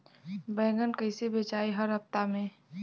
बैगन कईसे बेचाई हर हफ्ता में?